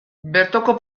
bertoko